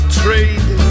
trade